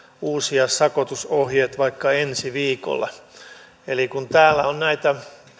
uusia sakotusohjeet vaikka ensi viikolla kun täällä on näitä